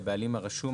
"הבעלים הרשום",